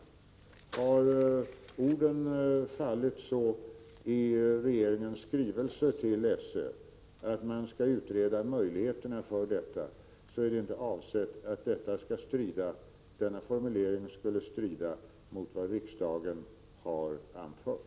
Har orden fallit så i regeringens skrivelse till SÖ att man skall utreda möjligheterna för detta, var det inte avsett att denna formulering skulle strida mot vad riksdagen har anfört.